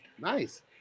Nice